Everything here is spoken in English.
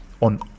on